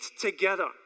together